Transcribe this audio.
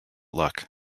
luck